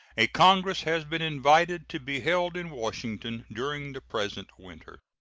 a congress has been invited to be held in washington during the present winter.